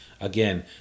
Again